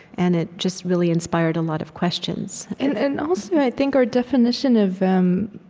and it just really inspired a lot of questions and and also, i think our definition of um